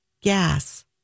gas